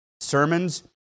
sermons